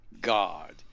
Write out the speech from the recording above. god